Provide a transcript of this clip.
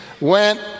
went